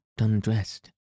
undressed